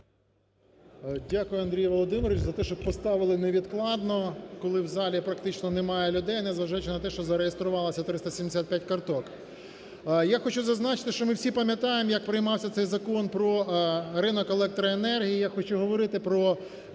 Дякую, Андрію Володимировичу, за те, що поставили невідкладно, коли в залі практично немає людей, незважаючи на те, що зареєструвалося 375 карток. Я хочу зазначити, що ми всі пам'ятаємо, як приймався цей Закон про ринок електроенергії. Я хочу говорити про